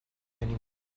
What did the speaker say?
anymore